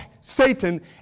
Satan